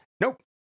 Nope